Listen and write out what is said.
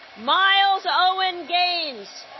myles owen gaines